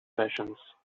patience